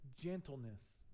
gentleness